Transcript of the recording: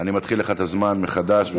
אני מתחיל לך את הזמן מחדש.